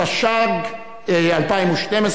התשע"ג 2012,